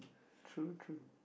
true true